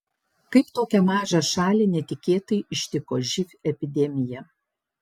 kaip tokią mažą šalį netikėtai ištiko živ epidemija